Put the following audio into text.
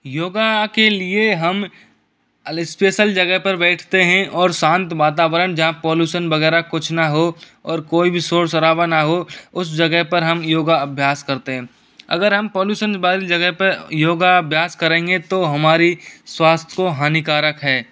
योगा के लिए हम अल स्पेसल जगह पर बैठते हैं और शांत वातावरण जहाँ पोल्यूसन वगैरह कुछ ना हो और कोई भी शोर सराबा ना हो उस जगह पर हम योगा अभ्यास करते हैं अगर हम पोल्यूसन वाली जगह पे योगा अभ्यास करेंगे तो हमारी स्वास्थ्य को हानिकारक है